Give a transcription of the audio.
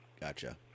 gotcha